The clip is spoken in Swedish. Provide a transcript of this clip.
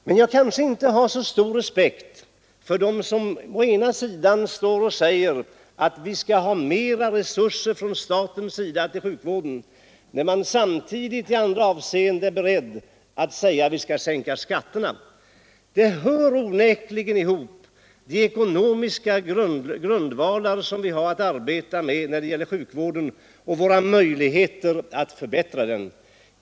Jag har kanske inte så stor respekt för dem som å ena sidan säger att staten skall ställa ökade resurser till förfogande för sjukvården och å andra sidan är beredda att yrka på att vi skall sänka skatterna. De ekonomiska resurser man har att arbeta med på sjukvårdens område och våra möjligheter att förbättra denna sjukvård hör onekligen ihop.